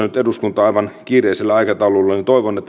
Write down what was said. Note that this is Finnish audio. nyt eduskuntaan aivan kiireisellä aikataululla